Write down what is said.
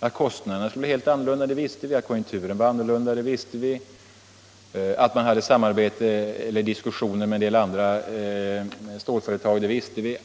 Att kostnaderna skulle bli helt annorlunda, visste vi; att konjunkturen var annorlunda visste vi, att man hade diskussioner med en del andra storföretag visste vi.